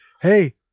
hey